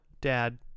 Dad